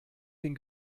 den